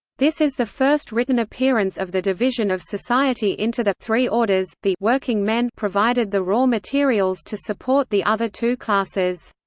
this is the first written appearance of the division of society into the three orders the working men provided the raw materials to support the other two classes.